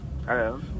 Hello